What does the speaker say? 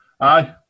aye